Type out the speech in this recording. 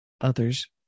others